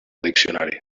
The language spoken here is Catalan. diccionari